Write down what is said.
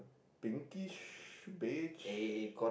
pinkish beige